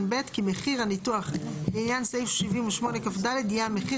(ב) כי מחיר הניתוח לעניין סעיף 78כד יהיה המחיר